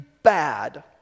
Bad